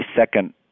second